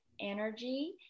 energy